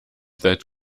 that